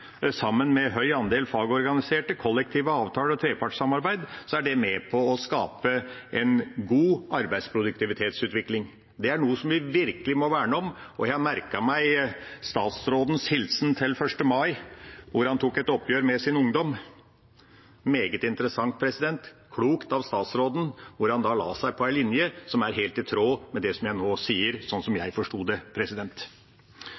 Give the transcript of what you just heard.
Sammen med en høy andel fagorganiserte, kollektive avtaler og trepartssamarbeid er det med på å skape en god arbeidsproduktivitetsutvikling. Det er noe som vi virkelig må verne om. Jeg merket meg statsrådens hilsen til 1. mai, der han tok et oppgjør med sin ungdom – meget interessant, klokt av statsråden – der han, slik jeg forsto det, la seg på en linje som er helt i tråd med det jeg nå sier.